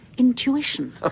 intuition